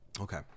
Okay